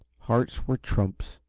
hearts were trumps,